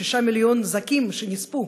שישה מיליון זכים שנספו,